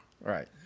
right